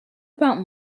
about